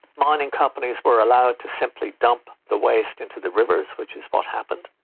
mining companies were allowed to simply dump the waste into the rivers, which is what happened.